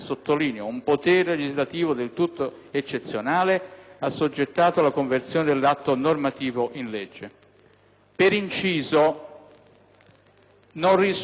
«assoggettato alla conversione dell'atto normativo in legge». Per inciso, non risultano smentite del Presidente del Consiglio